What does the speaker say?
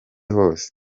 hose